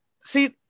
see